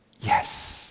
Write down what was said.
yes